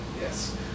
Yes